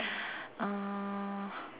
uh